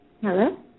Hello